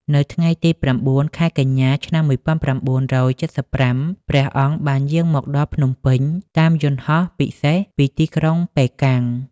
នៅថ្ងៃទី៩ ខែកញ្ញា ឆ្នាំ១៩៧៥ ព្រះអង្គបានយាងមកដល់ភ្នំពេញតាមយន្តហោះពិសេសពីទីក្រុងប៉េកាំង។